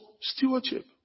Stewardship